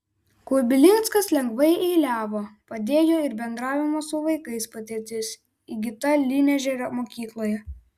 kubilinskas lengvai eiliavo padėjo ir bendravimo su vaikais patirtis įgyta lynežerio mokykloje